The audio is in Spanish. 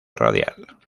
radial